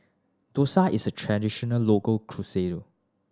dosa is a traditional local cuisine